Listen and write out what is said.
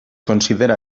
considera